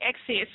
access